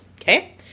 Okay